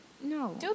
no